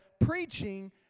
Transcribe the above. preaching